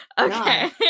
Okay